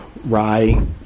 rye